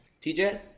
TJ